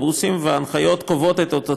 בנושא?